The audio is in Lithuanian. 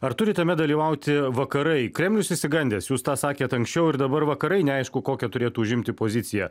ar turi tame dalyvauti vakarai kremlius išsigandęs jūs tą sakėt anksčiau ir dabar vakarai neaišku kokia turėtų užimti poziciją